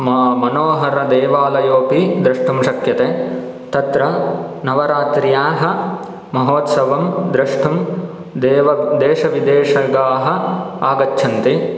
मा मनोहरदेवालयोपि द्रष्टुं शक्यते तत्र नवरात्र्याः महोत्स्वं द्रष्टुं देव देशविदेशिकाः अगच्छन्ति